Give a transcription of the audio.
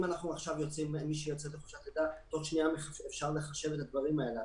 אם מישהי יוצאת לחופשת לידה תוך שנה אפשר לחשב את הדברים האלה.